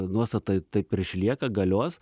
nuostata taip ir išlieka galios